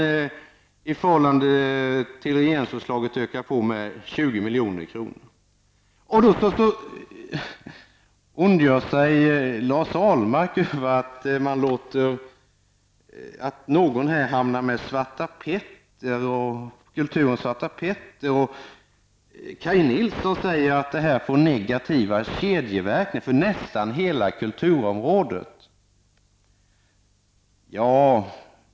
Därför har man ökat på anslaget med ungefär 20 milj.kr. i förhållande till regeringsförslaget. I detta sammanhang ondgjorde sig Lars Ahlmark över kulturens Svarte Petter. Kaj Nilsson sade att detta får negativa kedjeverkningar för nästan hela kulturområdet.